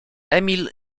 emil